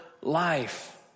life